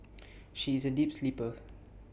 she is A deep sleeper